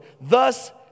Thus